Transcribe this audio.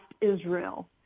Israel